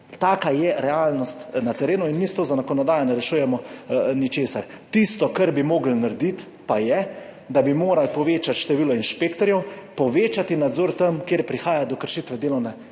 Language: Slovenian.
Taka je realnost na terenu. In mi s to zakonodajo ne rešujemo ničesar. Tisto, kar bi morali narediti, pa je, da bi povečali število inšpektorjev, povečali nadzor tam, kjer prihaja do kršitev